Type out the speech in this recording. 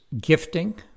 gifting